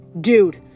Dude